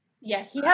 Yes